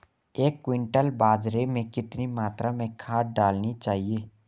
एक क्विंटल बाजरे में कितनी मात्रा में खाद डालनी चाहिए?